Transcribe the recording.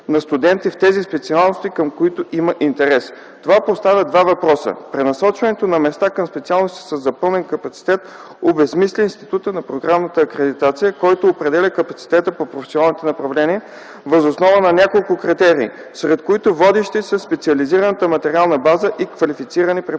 на студенти в тези специалности, към които има интерес. Това поставя два въпроса. Пренасочването на места към специалности със запълнен капацитет обезсмисля института на програмната акредитация, който определя капацитета по професионалните направления въз основа на няколко критерии, сред които водещи са специализирана материална база и квалифицирани преподаватели.